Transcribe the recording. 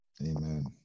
Amen